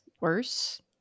worse